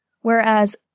Whereas